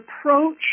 approach